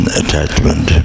attachment